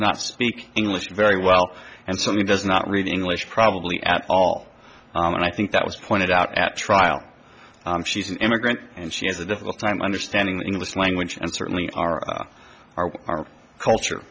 not speak english very well and certainly does not read english probably at all and i think that was pointed out at trial she's an immigrant and she has a difficult time understanding the english language and certainly our our our culture